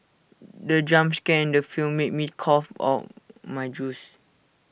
the jump scare in the film made me cough out my juice